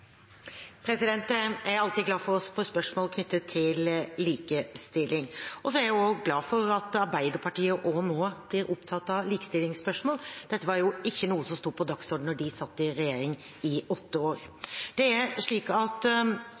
Jeg er alltid glad for å få spørsmål knyttet til likestilling. Og så er jeg også glad for at Arbeiderpartiet også nå er opptatt av likestillingsspørsmål. Dette var jo ikke noe som sto på dagsordenen da de satt i regjering i åtte år. Det er slik at CORE tidligere denne måneden la fram et topplederbarometer som viser at